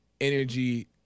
energy